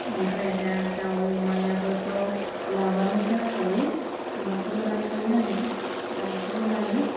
ओमफ्राइ दा दाव अमायाबोथ' लाबानो जाखायो अमाखौबो लाखायो आङो दावखौबो लायो